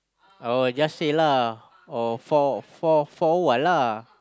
oh just say lah oh for for for a while lah